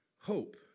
hope